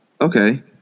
Okay